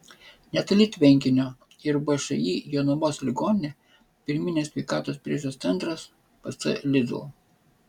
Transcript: netoli tvenkinio ir všį jonavos ligoninė pirminės sveikatos priežiūros centras pc lidl